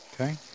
Okay